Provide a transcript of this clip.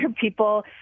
people